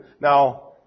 Now